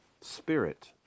Spirit